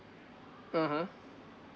(uh huh)